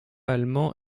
allemand